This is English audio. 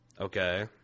Okay